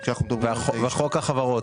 וחוק החברות?